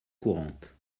courante